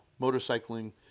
motorcycling